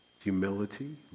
humility